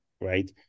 right